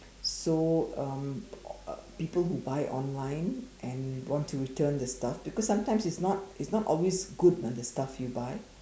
so um uh people who buy online and want to return the stuff because sometimes it's not it's not always good ah the stuff you buy